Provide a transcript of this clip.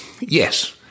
yes